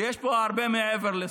שיש פה הרבה מעבר לספורט.